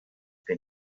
can